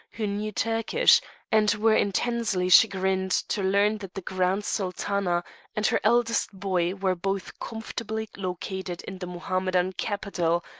who knew turkish and were intensely chagrined to learn that the grand sultana and her eldest boy were both comfortably located in the mohammedan capital,